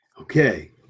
Okay